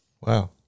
Wow